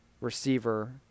receiver